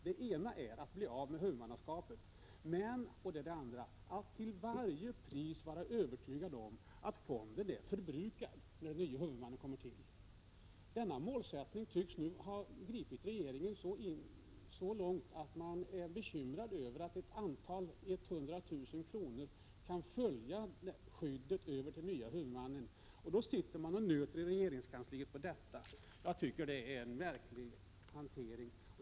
Den ena är att bli av med huvudmannaskapet, och den andra är att till varje pris se till att fonden är förbrukad när den nye huvudmannen träder till. Detta tycks ha gripit regeringen så hårt att den är bekymrad över att några hundra tusen kronor kan följa skyddet till den nye huvudmannen, och därför sitter man i regeringskansliet och nöter på propositionen. Det är en märklig hantering.